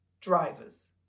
drivers